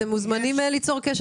אתם מוזמנים ליצור קשר.